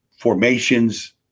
Formations